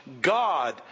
god